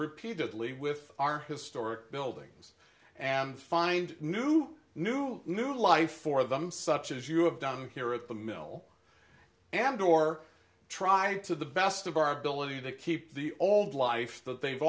repeatedly with our historic buildings and find new new new life for them such as you have done here at the mill and or trying to the best of our ability to keep the old life that they've